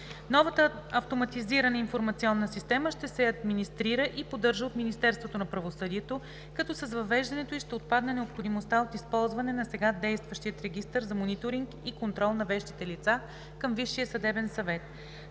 Новата Автоматизираната информационна система ще се администрира и поддържа от Министерството на правосъдието, като с въвеждането ѝ ще отпадне необходимостта от използване на сега действащия регистър за мониторинг и контрол на вещите лица към Висшия съдебен съвет.